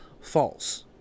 False